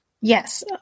Yes